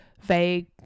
vague